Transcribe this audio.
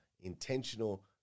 intentional